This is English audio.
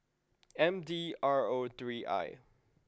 M D R O three I